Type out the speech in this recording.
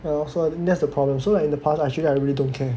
ya lor so that's the problem so like in the past actually I really don't care